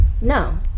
No